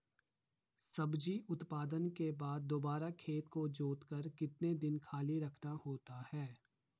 सब्जी उत्पादन के बाद दोबारा खेत को जोतकर कितने दिन खाली रखना होता है?